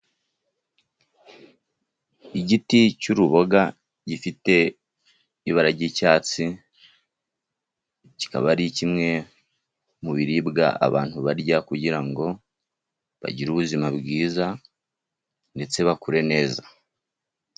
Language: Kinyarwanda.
Igiti cy'uruboga gifite ibara ry'icyatsi, kikaba ari kimwe mu biribwa abantu barya, kugira ngo bagire ubuzima bwiza ndetse bakure neza.